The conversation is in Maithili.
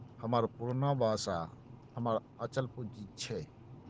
हमर पुरना बासा हमर अचल पूंजी छै